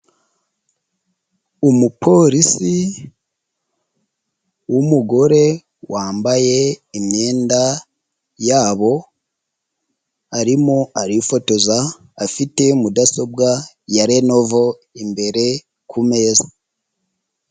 Umupolisi w'umugore wambaye imyenda ya bo arimo arifotoza afite mudasobwa ya renovo imbere ku meza.